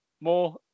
more